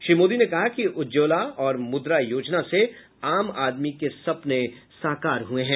श्री मोदी ने कहा कि उज्ज्वला और मुद्रा योजना से आम आदमी के सपने साकार हुये हैं